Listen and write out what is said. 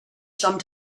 some